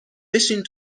بشین